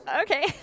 okay